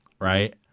right